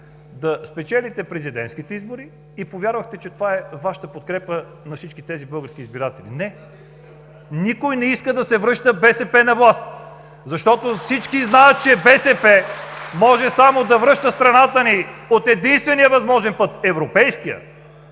да спечелите президентските избори и повярвахте, че това е Вашата подкрепа на всички тези български избиратели. Не, не! Никой не иска да се връща БСП на власт (ръкопляскания от дясно), защото всички знаят, че БСП може само да връща страната ни от единствения възможен път – европейския,